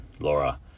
Laura